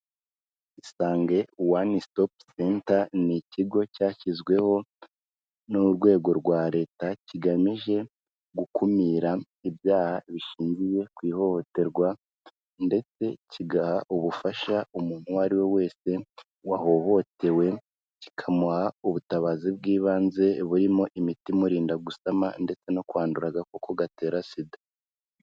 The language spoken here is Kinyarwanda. Isange One Stop Centre, ni ikigo cyashyizweho n'urwego rwa leta, kigamije gukumira ibyaha bishingiye ku ihohoterwa ndetse kigaha ubufasha umuntu uwo ari we wese wahohotewe, kikamuha ubutabazi bw'ibanze burimo imiti imurinda gusama ndetse no kwandura agakoko gatera SIDA.